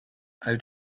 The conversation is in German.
eilt